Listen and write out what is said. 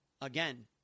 again